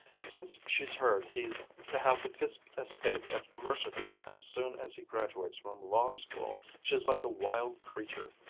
since she's heard he's to have the fiske estate at mercerton as soon as he graduates from law school, she's like a wild creature!